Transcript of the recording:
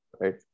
right